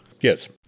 Yes